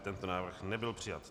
Tento návrh nebyl přijat.